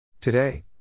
Today